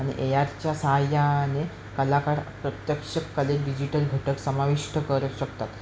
आणि ए आरच्या साहायाने कलाकार प्रत्यक्ष कले डिजिट घटक समाविष्ट करू शकतात